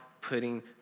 putting